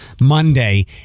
Monday